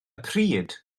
pryd